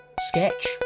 sketch